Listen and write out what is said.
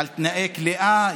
על תנאי כליאה,